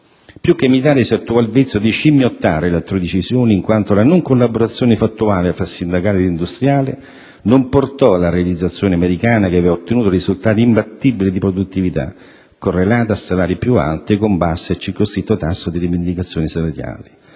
Più che imitare si attuò il vezzo di scimmiottare le altrui decisioni in quanto la non collaborazione fattuale fra sindacato ed industriali non portò alla realizzazione americana che aveva ottenuto risultati imbattibili di produttività, correlati a salari più alti, con basso e circoscritto tasso di rivendicazioni salariali.